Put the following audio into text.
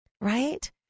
right